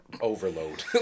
overload